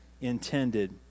intended